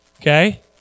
Okay